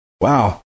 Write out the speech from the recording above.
Wow